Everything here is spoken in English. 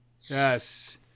Yes